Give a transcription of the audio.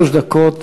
שלוש דקות